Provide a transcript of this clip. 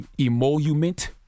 emolument